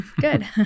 Good